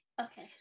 okay